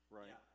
right